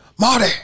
Marty